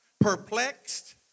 perplexed